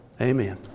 Amen